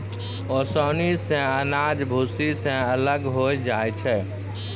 ओसौनी सें अनाज भूसी सें अलग होय जाय छै